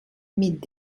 mit